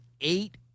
eight